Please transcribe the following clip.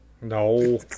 No